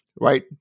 right